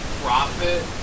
profit